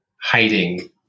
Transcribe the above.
hiding